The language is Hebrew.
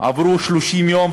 עברו 30 יום,